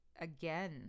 again